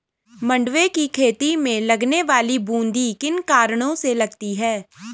मंडुवे की खेती में लगने वाली बूंदी किन कारणों से लगती है?